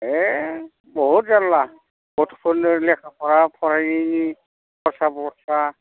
ए बहुद जारला गथ'फोरनो लेखा फरा फरायनाय खरसा बरसा